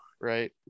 right